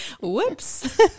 Whoops